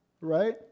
right